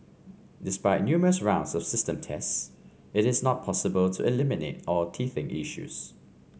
despite numerous rounds of system tests it is not possible to eliminate all teething issues